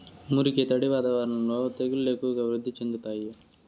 మురికి, తడి వాతావరణంలో తెగుళ్లు ఎక్కువగా వృద్ధి చెందుతాయి